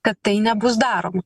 kad tai nebus daroma